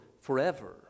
forever